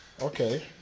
Okay